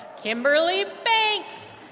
kimberly banks